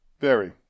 Very